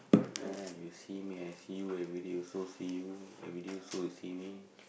ah you see me I see you everyday also see you everyday also you see me